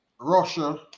Russia